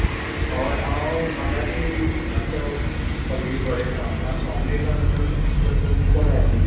हय हांव म्हाका ती मातसो कॉलेजींत प्रोजेक्ट आसा म्हाका स्वामी विवेकानंद बद्दल बुकां जाय आसलीं